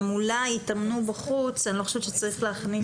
הם יתאמנו בחוץ, אני לא חושבת שצריך להכניס...